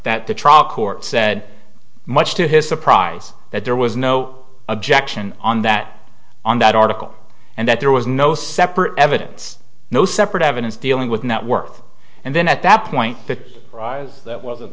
that the trial court said much to his surprise that there was no objection on that on that article and that there was no separate evidence no separate evidence dealing with network and then at that point the rise that was